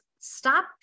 stop